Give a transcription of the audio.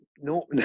No